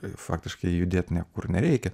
faktiškai judėt niekur nereikia